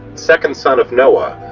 second son of noah,